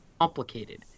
complicated